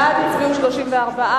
בעד הצביעו 34,